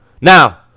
Now